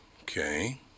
Okay